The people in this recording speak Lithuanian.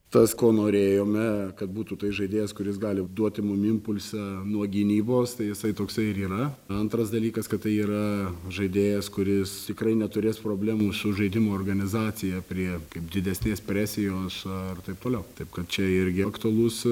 tas ko norėjome kad būtų tai žaidėjas kuris gali duoti mum impulsą nuo gynybos tai jisai toksai ir yra antras dalykas kad tai yra žaidėjas kuris tikrai neturės problemų su žaidimo organizacija prie kaip didesnės presijos ar taip toliau taip kad čia irgi aktualus